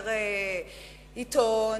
כאשר עיתון,